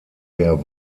der